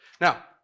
Now